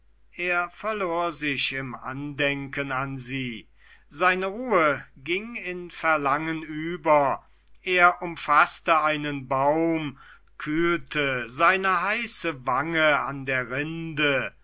er verlor sich im andenken an sie seine ruhe ging in verlangen über er umfaßte einen baum kühlte seine heiße wange an der rinde